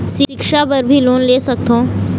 सिक्छा बर भी लोन ले सकथों?